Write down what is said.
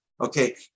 okay